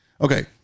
okay